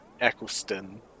Eccleston